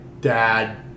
dad